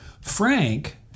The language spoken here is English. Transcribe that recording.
Frank